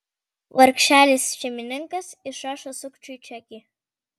vargšelis šeimininkas išrašo sukčiui čekį